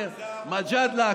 מג'אדלה,